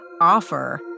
offer